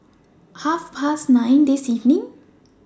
At Half Past nine This evening